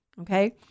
Okay